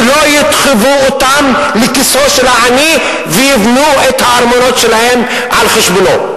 שלא יתחבו אותן לכיסו של העני ויבנו את הארמונות שלהם על חשבונו.